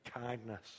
kindness